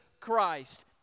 Christ